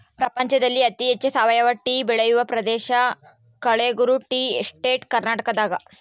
ಪ್ರಪಂಚದಲ್ಲಿ ಅತಿ ಹೆಚ್ಚು ಸಾವಯವ ಟೀ ಬೆಳೆಯುವ ಪ್ರದೇಶ ಕಳೆಗುರು ಟೀ ಎಸ್ಟೇಟ್ ಕರ್ನಾಟಕದಾಗದ